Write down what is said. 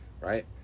right